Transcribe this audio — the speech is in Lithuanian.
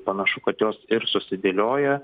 panašu kad jos ir susidėlioja